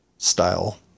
style